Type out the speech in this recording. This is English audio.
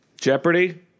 Jeopardy